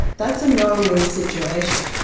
that's a no-win situation.